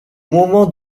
moment